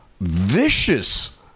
vicious